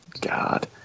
God